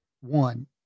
one